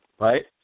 right